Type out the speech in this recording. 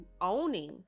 owning